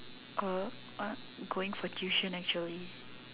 uh what going for tuition actually